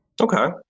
Okay